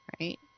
right